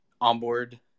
onboard